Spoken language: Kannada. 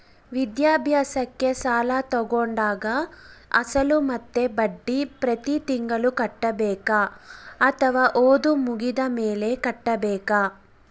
ವಿದ್ಯಾಭ್ಯಾಸಕ್ಕೆ ಸಾಲ ತೋಗೊಂಡಾಗ ಅಸಲು ಮತ್ತೆ ಬಡ್ಡಿ ಪ್ರತಿ ತಿಂಗಳು ಕಟ್ಟಬೇಕಾ ಅಥವಾ ಓದು ಮುಗಿದ ಮೇಲೆ ಕಟ್ಟಬೇಕಾ?